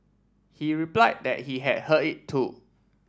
he reply that he had heard it too